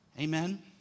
Amen